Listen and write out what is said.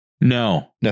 No